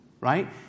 Right